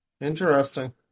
Interesting